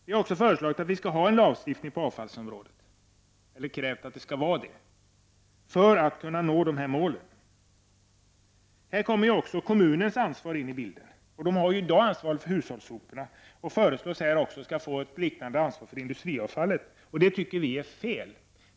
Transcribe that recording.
Vi har krävt att vi skall ha en lagstiftning på avfallsområdet för att kunna uppnå målen. Här kommer kommunens ansvar in i bilden. Kommunen har i dag ansvar för hushållssoporna och föreslås här också få ett liknande ansvar när det gäller industriavfall. Det tycker vi är fel.